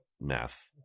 math